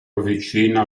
avvicina